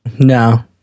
No